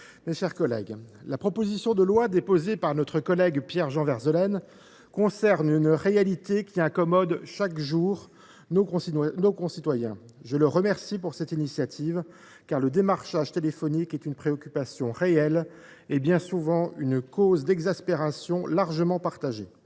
mes chers collègues, la proposition de loi déposée par notre collègue Pierre Jean Verzelen concerne une réalité qui incommode chaque jour nos concitoyens. Je le remercie pour cette initiative, car le démarchage téléphonique est une préoccupation réelle et, bien souvent, une cause d’exaspération largement partagée.